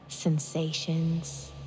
Sensations